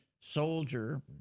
soldier